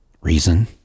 reason